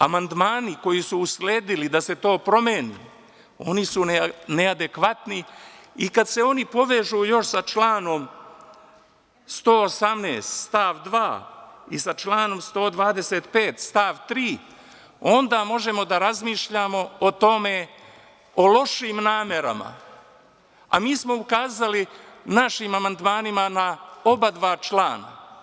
Ali, amandmani koji su usledili da se to promeni, oni su neadekvatni i kad se oni povežu još sa članom 118. stav 2. i sa članom 125. stav 3, onda možemo da razmišljamo o tome, o lošim namerama, a mi smo ukazali našim amandmanima na oba člana.